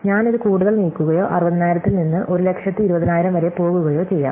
ഞാൻ ഇത് കൂടുതൽ നീക്കുകയോ 60000 ൽ നിന്ന് 120000 വരെ പോകുകയോ ചെയ്യാം